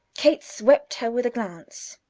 kate swept her with a glance.